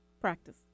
Practice